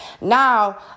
now